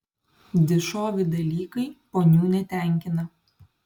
dišovi dalykai ponių netenkina